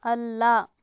ಅಲ್ಲ